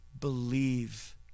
Believe